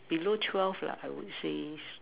below twelve lah I would say is